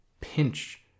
pinch